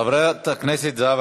חברת הכנסת זהבה